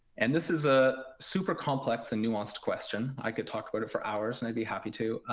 and this is a super-complex and nuanced question. i could talk about it for hours. and i'd be happy to.